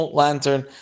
lantern